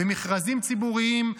במכרזים ציבוריים,